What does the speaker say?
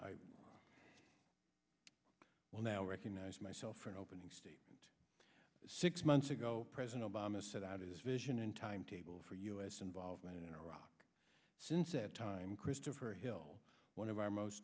hearing well now recognize myself for an opening statement six months ago president obama set out his vision and timetable for u s involvement in iraq since that time christopher hill one of our most